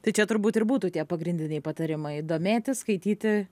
tai čia turbūt ir būtų tie pagrindiniai patarimai domėtis skaityti